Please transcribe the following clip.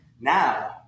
Now